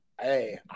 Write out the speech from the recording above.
hey